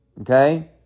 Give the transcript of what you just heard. Okay